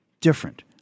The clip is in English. different